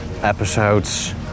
episodes